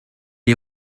est